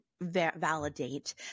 validate